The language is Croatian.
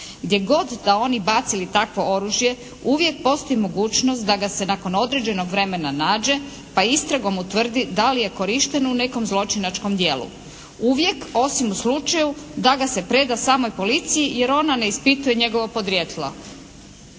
gdje god da oni bacili takvo oružje uvijek postoji mogućnost da ga se nakon određenog vremena nađe, pa istragom utvrdi da li je korišten u nekom zločinačkom djelu. Uvijek osim u slučaju da ga se preda samoj policiji jer ona ne ispituje njegovo podrijetlo.